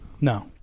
No